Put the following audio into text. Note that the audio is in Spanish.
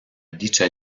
dicha